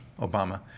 Obama